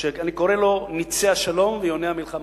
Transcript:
שאני קורא לו נצי השלום ויוני המלחמה.